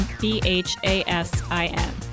B-H-A-S-I-N